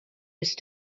ist